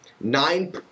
nine